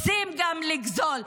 רוצים גם לגזול.